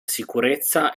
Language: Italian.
sicurezza